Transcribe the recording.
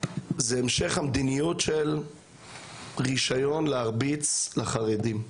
זה המשך המדיניות של רישיון להרביץ לחרדים.